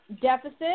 deficit